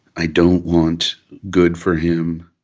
i don't want good for him